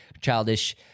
childish